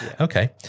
okay